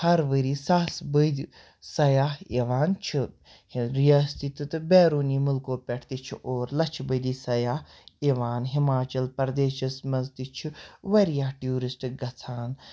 ہر ؤرۍیہِ ساس بٔدۍ سیاح یِوان چھِ رِیاستی تہِ تہٕ بیروٗنی مُلکو پٮ۪ٹھ تہِ چھِ اور لَچھِ بٔدی سیاح یِوان ہِماچَل پردیشَس منٛز تہِ چھِ واریاہ ٹیوٗرِسٹہٕ گژھان